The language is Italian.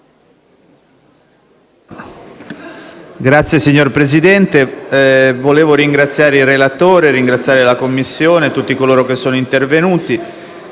Signor Presidente, volevo ringraziare il relatore, la Commissione e tutti coloro che sono intervenuti.